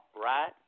right